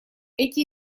эти